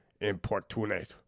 importunate